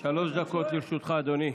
שלוש דקות לרשותך, אדוני.